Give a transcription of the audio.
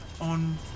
on